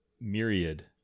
myriad